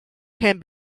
can